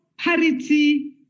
parity